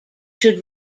should